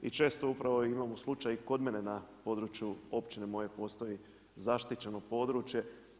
I često upravo imamo slučaj i kod mene na području općine moje postoji zaštićeno područje.